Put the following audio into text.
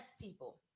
people